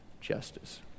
justice